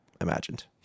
imagined